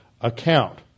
account